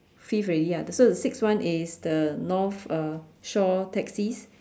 fifth already ah so the sixth one is the north uh shore taxis